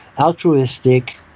altruistic